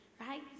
right